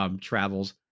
travels